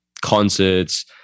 concerts